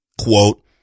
quote